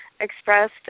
expressed